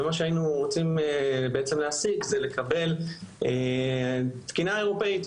ומה שהיינו רוצים בעצם להשיג זה לקבל תקינה אירופית.